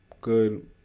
good